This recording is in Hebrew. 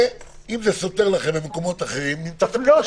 אם זה סותר להם במקומות אחרים נמצא פתרון.